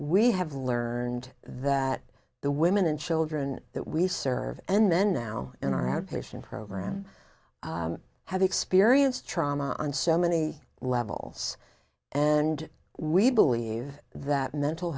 we have learned that the women and children that we serve and then now in our outpatient program have experienced trauma on so many levels and we believe that mental